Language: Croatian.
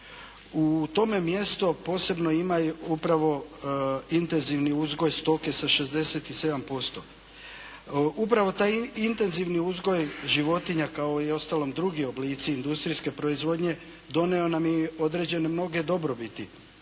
U tome mjesto posebno ima i upravo intenzivni uzgoj stoke sa 67%. Upravo taj intenzivni uzgoj životinja, kao i u ostalom drugi oblici industrijske proizvodnje, donio nam je određene mnoge dobrobiti,